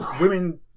women